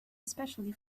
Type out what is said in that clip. especially